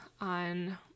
on